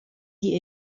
die